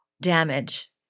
damage